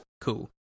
Cool